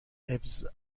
ابزار